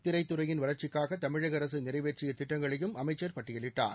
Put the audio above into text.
திரைத்துறையின் வளர்ச்சிக்காக தமிழக அரசு நிறைவேற்றிய திட்டங்களையும் அமைச்சர் பட்டியலிட்டார்